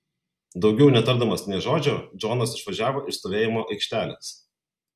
daugiau netardamas nė žodžio džonas išvažiavo iš stovėjimo aikštelės